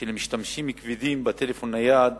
שלמשתמשים כבדים בטלפון נייד